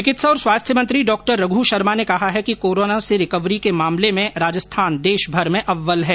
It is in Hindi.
चिकित्सा और स्वास्थ्य मंत्री डॉ रघु शर्मा ने कहा है कि कोरोना से रिकवरी के मामले में राजस्थान देशभर में अव्वल है